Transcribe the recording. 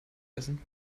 essen